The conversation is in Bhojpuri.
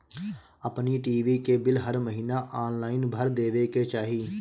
अपनी टी.वी के बिल हर महिना ऑनलाइन भर देवे के चाही